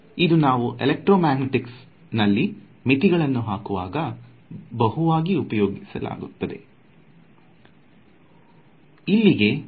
ಇದು ನಾವು ಎಲೆಕ್ಟ್ರೋಮ್ಯಾಗ್ನೆಟಿಕ್ಸ್ ನಲ್ಲಿ ಮಿತಿಗಳನ್ನು ಹಾಕುವಾಗ ಬಹು ಉಪಯೋಗಿಯಾಗಿದೆ